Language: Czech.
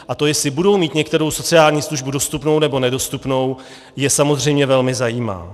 A to, jestli budou mít některou sociální službu dostupnou, nebo nedostupnou, je samozřejmě velmi zajímá.